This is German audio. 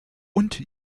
und